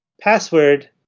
password